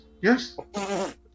yes